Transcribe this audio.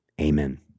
Amen